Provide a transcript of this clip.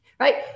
Right